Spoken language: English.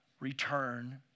Return